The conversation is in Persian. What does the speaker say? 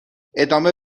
ادامه